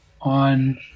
on